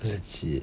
legit